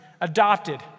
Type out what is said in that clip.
adopted